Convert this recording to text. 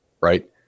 right